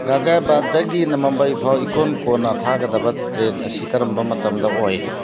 ꯒꯖꯤꯌꯥꯕꯥꯠꯇꯒꯤꯅ ꯃꯨꯝꯕꯥꯏ ꯐꯥꯎ ꯏꯀꯣꯟ ꯀꯣꯟꯅ ꯊꯥꯒꯗꯕ ꯇ꯭ꯔꯦꯟ ꯑꯁꯤ ꯀꯔꯝꯕ ꯃꯇꯝꯗ ꯑꯣꯏ